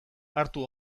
hartu